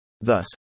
Thus